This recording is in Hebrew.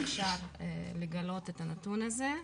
אפשר לגלות את הנתון הזה,